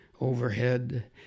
overhead